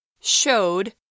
Showed